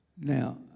Now